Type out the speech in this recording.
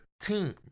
team